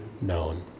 known